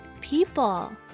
people